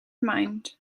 mind